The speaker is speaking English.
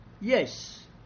Yes